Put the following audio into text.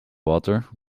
water